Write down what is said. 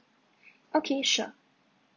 okay sure